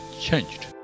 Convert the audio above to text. changed